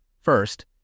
First